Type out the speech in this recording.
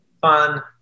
fun